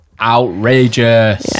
outrageous